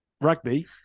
Rugby